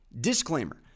Disclaimer